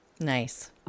Nice